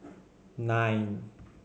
nine